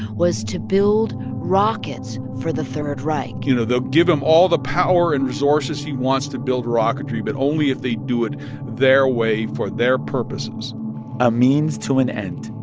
was to build rockets for the third reich you know, they'll give him all the power and resources he wants to build rocketry, but only if they do it their way for their purposes a means to an end.